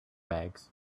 bags